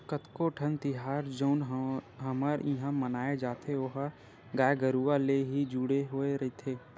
कतको ठन तिहार जउन हमर इहाँ मनाए जाथे ओहा गाय गरुवा ले ही जुड़े होय रहिथे